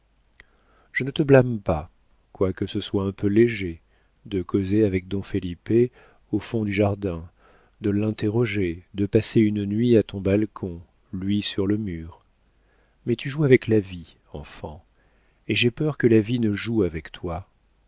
je ne te blâme pas quoique ce soit un peu léger de causer avec don felipe au fond du jardin de l'interroger de passer une nuit à ton balcon lui sur le mur mais tu joues avec la vie enfant et j'ai peur que la vie ne joue avec toi